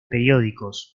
periódicos